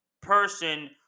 person